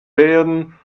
werden